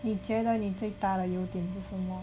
你觉得你最大的优点是什么